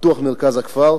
פיתוח מרכז הכפר,